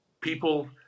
people